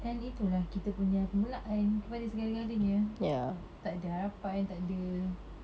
and itu lah kita punya permulaan kepada segala-galanya tak ada harapan tak ada